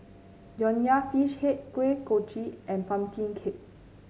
Nonya Fish Head Kuih Kochi and pumpkin cake